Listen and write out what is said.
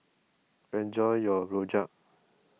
enjoy your Rojak